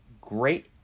Great